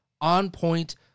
on-point